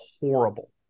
horrible